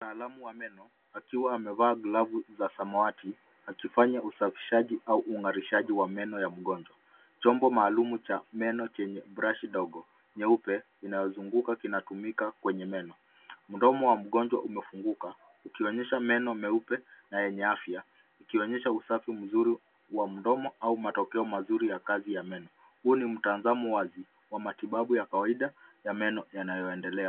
Wa meno akiwa amevaa glavu za samawati akifanya usafishaji au ungalishaji wa meno ya mgonjwa. Chombo maalum cha meno chenye brashi dogo nyeupe inayozunguka kinatumika kwenye meno. Mdomo wa mgonjwa umefunguka ukionyesha meno meupe na yenye afya ikionyesha usafi mzuri wa mdomo au matokeo mazuri ya kazi ya meno. Huu ni mtazamo wazi wa matibabu ya kawaida ya meno yanayoendelea.